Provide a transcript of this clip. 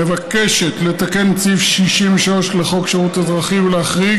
מבקשת לתקן את סעיף 63 לחוק שירות אזרחי ולהחריג